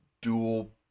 dual